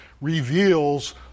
reveals